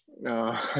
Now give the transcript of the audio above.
no